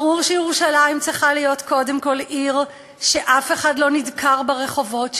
ברור שירושלים צריכה להיות קודם כול עיר שאף אחד לא נדקר ברחובות שלה,